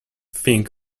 thing